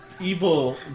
evil